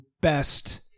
best